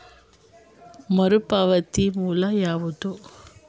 ಮರುಪಾವತಿಯ ಮೂಲ ಯಾವುದು?